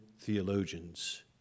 theologians